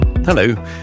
Hello